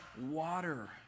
water